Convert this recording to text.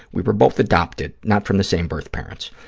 we were both adopted, not from the same birth parents.